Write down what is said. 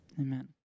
Amen